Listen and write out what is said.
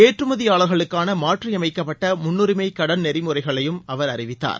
ஏற்றமதியாளர்களுக்கான மாற்றியமைக்கப்பட்ட முன்னரிமை கடன் நெறிமுறைகளையும் அவர் அறிவித்தார்